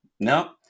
No